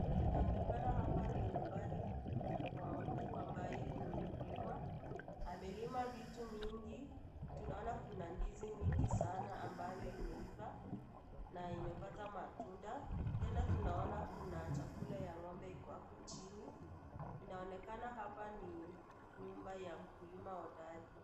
Inaonekana hapa ni nyumbani kwa mtu ambaye ni mkulima, amelima vitu mingi, tunaona kuna ndizi mingi sana ambayo imeiva na imepata matunda, tena tunaona kuna chakula ya ng'ombe iko hapo chini. Inaonekana hapa ni nyumba ya mkulima hodari.